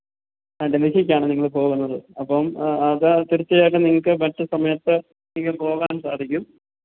അ ഡൽഹിക്കാണ് നിങ്ങൾ പോകുന്നത് അപ്പം ആ അത് തീർച്ഛയായിട്ടും നിങ്ങൾക്ക് മറ്റു സമയത്ത് ഒരിക്കൽ പോകാൻ സാധിക്കും